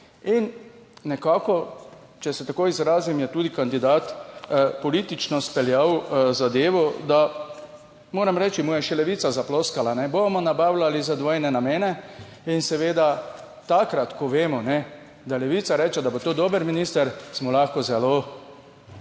in nekako, če se tako izrazim, je tudi kandidat politično speljal zadevo, da moram reči, mu je še Levica zaploskala, bomo nabavljali za dvojne namene. In seveda takrat, ko vemo, da Levica reče, da bo to dober minister, smo lahko zelo